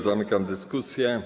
Zamykam dyskusję.